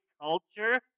culture